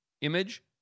image